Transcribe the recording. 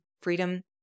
freedom